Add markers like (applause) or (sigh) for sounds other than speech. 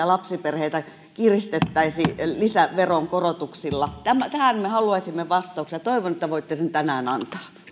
(unintelligible) lapsiperheitä kiristettäisi lisäveronkorotuksilla tähän me haluaisimme vastauksia ja toivon että voitte sen tänään antaa arvoisa puhemies